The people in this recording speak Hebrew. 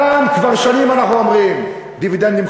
כאן כבר שנים אנחנו אומרים: דיבידנדים,